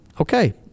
okay